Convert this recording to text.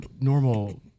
normal